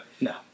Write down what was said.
No